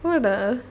what are the